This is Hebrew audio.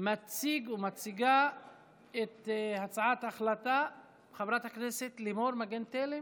מציגה את הצעת ההחלטה חברת הכנסת לימור מגן תלם,